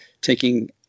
taking